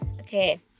Okay